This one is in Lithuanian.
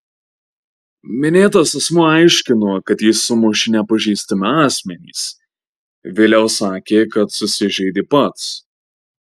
minėtas asmuo aiškino kad jį sumušė nepažįstami asmenys vėliau sakė kad susižeidė pats